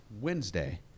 Wednesday